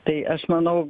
tai aš manau